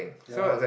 ya lah